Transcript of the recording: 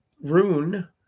Rune